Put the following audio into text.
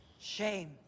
Shame